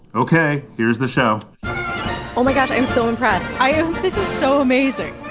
ok, here's the show oh, my gosh, i'm so impressed i am this is so amazing.